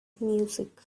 music